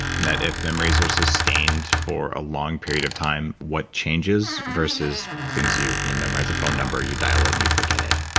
that if memories are sustained for a long period of time what changes versus things you. you memorize a phone number, you dial it, and you forget it